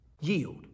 yield